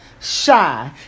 shy